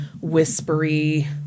whispery